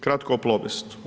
Kratko o Plobestu.